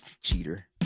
Cheater